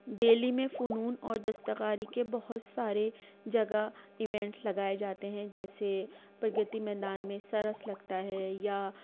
دہلی میں فنون اور دستکاری کے بہت سارے جگہ ایونٹس لگائے جاتے ہیں جیسے پرگتی میدان میں سرس لگتا ہے یا